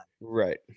Right